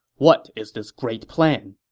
what is this great plan?